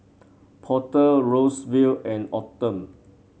Porter Rosevelt and Autumn